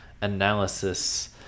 analysis